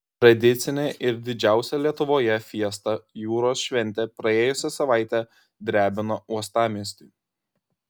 tradicinė ir didžiausia lietuvoje fiesta jūros šventė praėjusią savaitę drebino uostamiestį